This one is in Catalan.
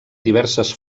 diverses